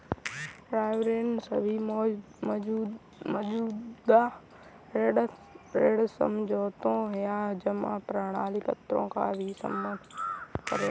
sovereign सभी मौजूदा ऋण समझौतों या जमा प्रमाणपत्रों का भी सम्मान करेगा